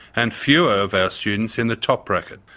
and fewer of our students in the top bracket.